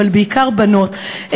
אבל בעיקר בנות,